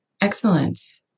Excellent